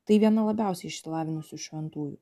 tai viena labiausiai išsilavinusi šventųjų